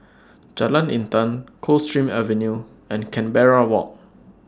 Jalan Intan Coldstream Avenue and Canberra Walk